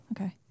Okay